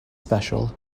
special